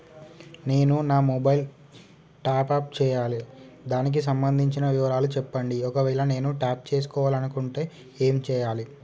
నేను నా mobile top up చేయాలి దానికి సంబంధించిన వివరాలు చెప్పండి ఒకవేళ నేను టాప్ చేసుకోవాలనుకుంటే ఏం చేయాలి?